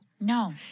No